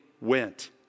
went